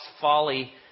folly